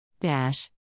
Dash